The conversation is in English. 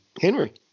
Henry